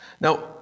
Now